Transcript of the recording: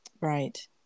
Right